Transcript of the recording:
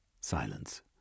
Silence